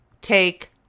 take